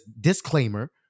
disclaimer